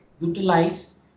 utilize